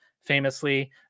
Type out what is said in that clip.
famously